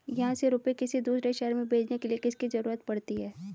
यहाँ से रुपये किसी दूसरे शहर में भेजने के लिए किसकी जरूरत पड़ती है?